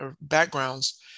backgrounds